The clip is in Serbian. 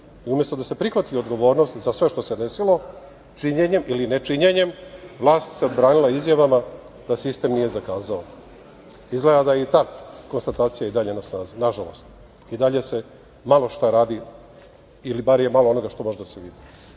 Umesto da se prihvati odgovornosti za sve što se desilo, činjenjem ili nečinjenjem, vlast se branila izjavama da sistem nije zakazao. Izgleda da je ta konstatacija i dalje na snazi, nažalost. I dalje se malo šta radi ili bar je malo onoga što može da se vidi. Da